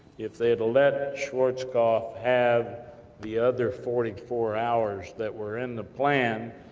if they had let schwartzkopf, have the other forty four hours, that were in the plan,